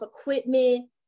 equipment